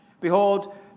behold